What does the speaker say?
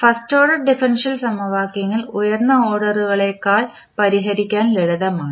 first order differential സമവാക്യങ്ങൾ ഉയർന്ന ഓർഡറുകളേക്കാൾ പരിഹരിക്കാൻ ലളിതമാണ്